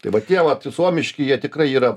tai va tie vat suomiški jie tikrai yra